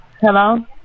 Hello